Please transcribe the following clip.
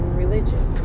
religion